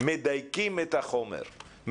מדייקים את החומר,